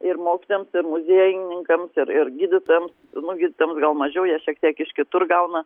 ir mokytojams ir muziejininkams ir ir gydytojams nu gydytojams gal mažiau jie šiek tiek iš kitur gauna